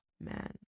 man